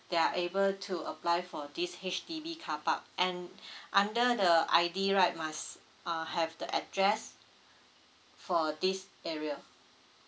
they're able to apply for this H_D_B carpark and under the I_D right must uh have the address for this area